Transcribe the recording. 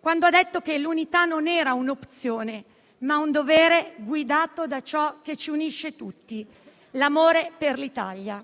quando ha detto che l'unità non era un'opzione, ma un dovere guidato da ciò che ci unisce tutti, l'amore per l'Italia.